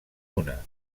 una